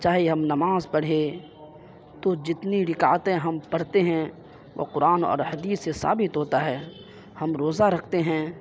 چاہے ہم نماز پڑھیں تو جتنی رکعتیں ہم پڑھتے ہیں وہ قرآن اور حدیث سے ثابت ہوتا ہے ہم روزہ رکھتے ہیں